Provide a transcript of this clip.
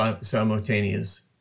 simultaneous